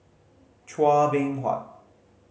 Chua Beng Huat